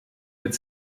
mit